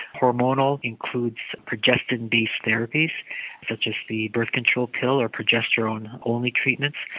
hormonal includes progestin based therapies such as the birth control pill, or progesterone only treatments.